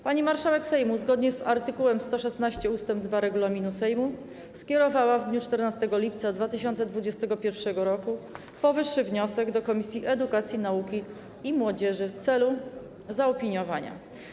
Pani marszałek Sejmu zgodnie z art. 116 ust. 2 regulaminu Sejmu skierowała w dniu 14 lipca 2021 r. powyższy wniosek do Komisji Edukacji, Nauki i Młodzieży w celu zaopiniowania.